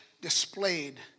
displayed